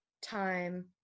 time